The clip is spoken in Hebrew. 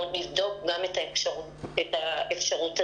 נבדוק גם את האפשרות הזאת.